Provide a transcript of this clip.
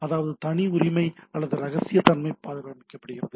அதாவது தனியுரிமை அல்லது ரகசியத்தன்மை பராமரிக்கப்படுகிறது